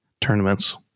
tournaments